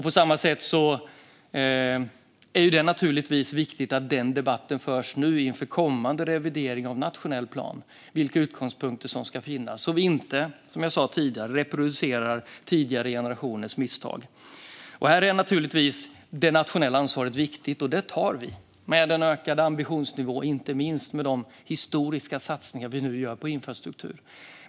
På samma sätt är det naturligtvis viktigt att debatten om vilka utgångspunkter som ska finnas förs inför kommande revidering av nationell plan, så att vi inte, som jag sa tidigare, reproducerar tidigare generationers misstag. Här är naturligtvis det nationella ansvaret viktigt, och det tar vi. Det är en ökad ambitionsnivå, inte minst med de historiska satsningar som vi nu gör på infrastruktur.